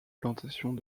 plantations